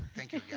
thank you again.